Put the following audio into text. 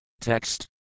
Text